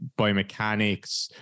biomechanics